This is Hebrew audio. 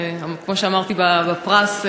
כמו שאמרתי בקבלת הפרס,